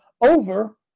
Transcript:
over